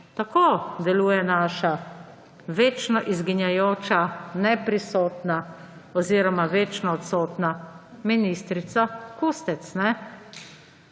tako deluje naša večno izginjajoča, neprisotna oziroma večna odstotna ministrica Kustec.